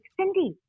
Cindy